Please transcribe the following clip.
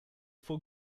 faut